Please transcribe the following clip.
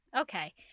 Okay